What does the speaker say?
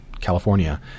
California